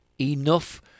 enough